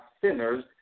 sinners